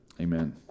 Amen